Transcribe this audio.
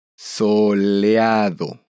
Soleado